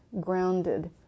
grounded